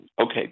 okay